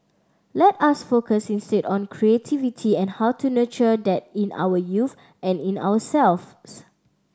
let us focus instead on creativity and how to nurture that in our youth and in ourselves